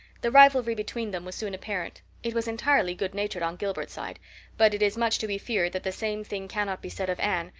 the rivalry between them was soon apparent it was entirely good natured on gilbert's side but it is much to be feared that the same thing cannot be said of anne,